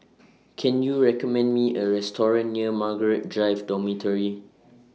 Can YOU recommend Me A Restaurant near Margaret Drive Dormitory